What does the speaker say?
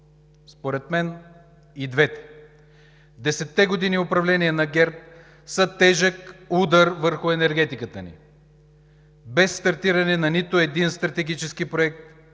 Според мен – и двете! Десетте години управление на ГЕРБ са тежък удар върху енергетиката ни – без стартиране на нито един стратегически проект,